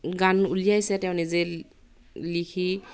গান উলিয়াইছে তেওঁ নিজে লিখি